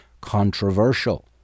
controversial